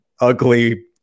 ugly